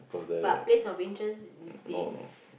but place of interest they